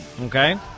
Okay